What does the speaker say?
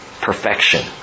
Perfection